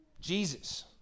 Jesus